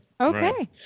Okay